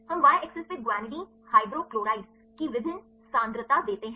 हम y अक्ष पर guanidine हाइड्रोक्लोराइड की विभिन्न सांद्रता देते हैं